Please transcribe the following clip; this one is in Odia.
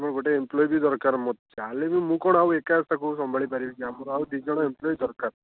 ଆମର ଗୋଟେ ଏମ୍ପ୍ଲୋୟି ବି ଦରକାର ମୋତେ ଯାହା ହେଲେ ବି ମୁଁ କ'ଣ ଆଉ ଏକା ତା'କୁ ସମ୍ଭାଳି ପାରିବି କି ଆମର ଆଉ ଦୁଇ ଜଣ ଏମ୍ପ୍ଲୋୟି ଦରକାର